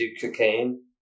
cocaine